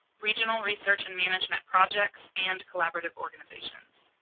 regional research and management projects and collaborative organizations.